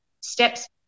steps